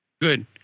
Good